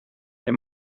they